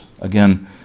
Again